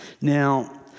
Now